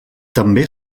també